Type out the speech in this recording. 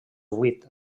vuit